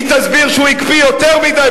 היא תסביר שהוא הקפיא יותר מדי,